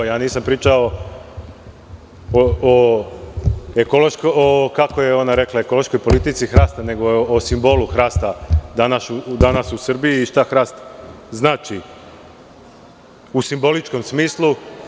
Nisam pričao o, kako je ona rekla, ekološkoj politici hrasta, nego o simbolu hrasta danas u Srbiji i šta hrast znači u simboličkom smislu.